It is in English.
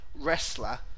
wrestler